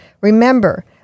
Remember